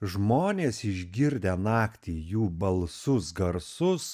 žmonės išgirdę naktį jų balsus garsus